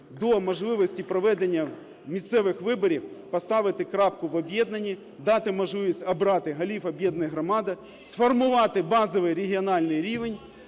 до можливості проведення місцевих виборів, поставити крапку в об'єднанні, дати можливість обрати голів об'єднаних громад, сформувати базовий регіональний рівень,